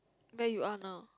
where you are now